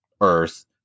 Earth